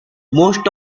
most